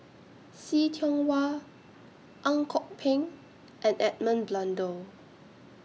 See Tiong Wah Ang Kok Peng and Edmund Blundell